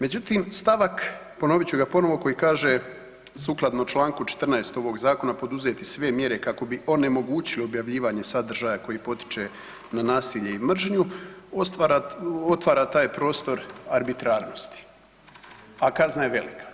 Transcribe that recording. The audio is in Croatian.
Međutim, stavak ponovit ću ga ponovo koji kaže: „Sukladno članku 14. ovoga Zakona poduzeti sve mjere kako bi onemogućio objavljivanje sadržaja koji potiče na nasilje i mržnju.“ otvara taj prostor arbitrarnosti, a kazna je velika.